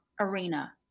arena